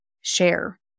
share